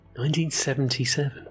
1977